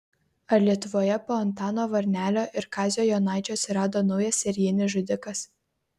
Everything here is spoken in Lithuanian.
ar lietuvoje po antano varnelio ir kazio jonaičio atsirado naujas serijinis žudikas